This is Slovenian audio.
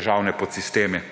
državne podsisteme?